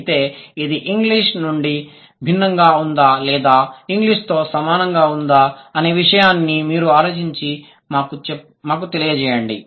అయితే అది ఇంగ్లీషు నుండి భిన్నంగా ఉందా లేదా ఇంగ్లీషుతో సమానంగా ఉందా అనే విషయాన్ని మీరు ఆలోచించి మాకు తెలియజేయండి